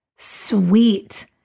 Sweet